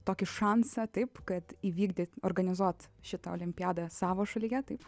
tokį šansą taip kad įvykdyt organizuot šitą olimpiadą savo šalyje taip